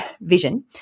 vision